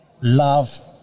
love